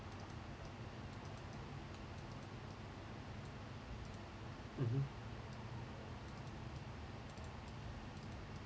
mmhmm